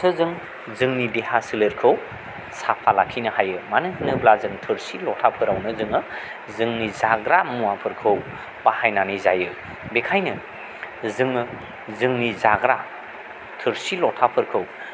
सोजों जोंनि देहा सोलेरखौ साफा लाखिनो हायो मानो होनोब्ला जों थोरसि लथाफोरावनो जोङो जोंनि जाग्रा मुवाफोरखौ बाहायनानै जायो बेखायनो जोङो जोंनि जाग्रा थोरसि लथाफोरखौ